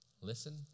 listen